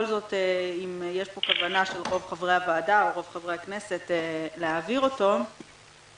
אם יש פה כוונה של רוב חברי הוועדה או חברי הכנסת להעביר אותו אז